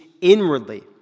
inwardly